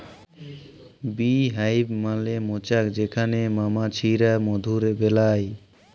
bee hive মালে মচাক যেখালে মমাছিরা মধু বেলায়